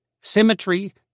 symmetry